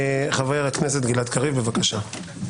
חבר הכנסת גלעד קריב, בבקשה.